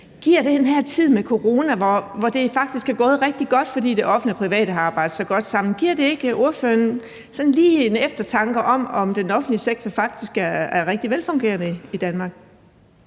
Giver den her tid med corona, hvor det faktisk er gået rigtig godt, fordi det offentlige og det private har arbejdet så godt sammen, ikke lige ordføreren en eftertanke, i forhold til om den offentlige sektor i Danmark faktisk er rigtig velfungerende?